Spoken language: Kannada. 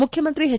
ಮುಖ್ಯಮಂತ್ರಿ ಎಚ್